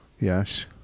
yes